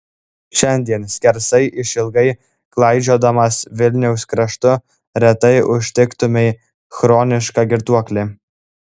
šiandien skersai išilgai klaidžiodamas vilniaus kraštu retai užtiktumei chronišką girtuoklį